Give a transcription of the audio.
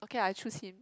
okay lah I choose him